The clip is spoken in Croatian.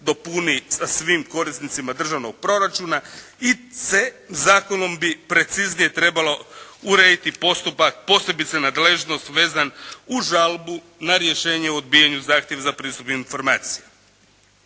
dopuni sa svim korisnicima državnog proračuna. I c) zakonom bi preciznije trebalo urediti postupak posebice nadležnost vezan uz žalbu na rješenje o odbijanju zahtjeva za pristup informacijama.